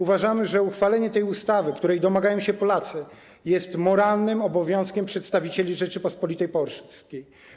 Uważamy, że uchwalenie tej ustawy, której domagają się Polacy, jest moralnym obowiązkiem przedstawicieli Rzeczypospolitej Polskiej.